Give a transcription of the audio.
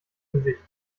gesicht